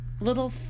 little